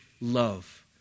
love